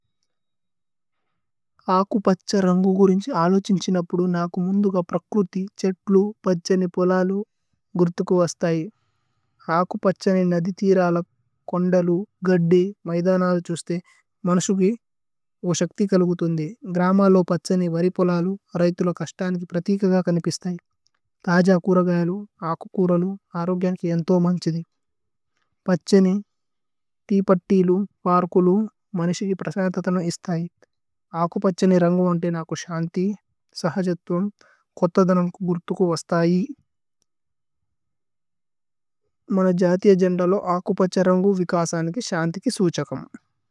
ആകു പഛ്ഛ രന്ഗു കുരിന്ഛി അലുഛിന്ഛിനപ്പുദു। നാകു മുന്ദുക പ്രക്രുഥി, ഛേത്ലു, പഛ്ഛനി। പോലലു ഗുരുഥുകു വസ്ഥയി ആകു പഛ്ഛനി। നദിഥിരല, കോന്ദലു, ഗദ്ദി, മൈധനലു ഛുസ്ഥേ। മനശുകി ഓ ശക്ഥി കലുഗുഥുന്ദി ഗ്രമലോ। പഛ്ഛനി വരിപോലലു രയ്തുലോ കശ്തനികി പ്രതീകഗ। കനിപിസ്ഥയി തജ കുരഗയലു ആകു കുരലു അരോഗ്യനികി। ഏന്ഥോ മന്ഛിധി പഛ്ഛനി തീപത്തിലു പര്കുലു। മനിശികി പ്രസയഥതനു ഇസ്ഥയി ആകു പഛ്ഛനി। രന്ഗു വന്തേ നാകു ശന്തി സഹജഥുമ് കോഥദനുമ്। കുരുഥുകു വസ്ഥയി മന ജഥി അജന്ദലോ ആകു പഛ്ഛ। രന്ഗു വികസനികി ശന്തികി സുഛകമ്।